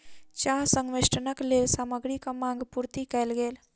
चाह संवेष्टनक लेल सामग्रीक मांग पूर्ति कयल गेल